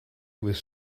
with